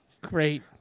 Great